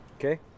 Okay